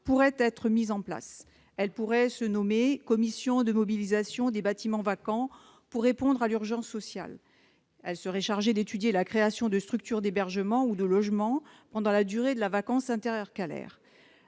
pourrait être mise en place. Dénommée « commission de mobilisation des bâtiments vacants pour répondre à l'urgence sociale », elle serait chargée d'étudier la création de structures d'hébergement ou de logement pendant la durée de la vacance intercalaire.